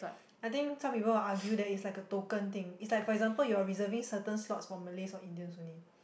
I think some people will argue that it's like a token thing it's like for example you're reserving certain slots for malays or Indians only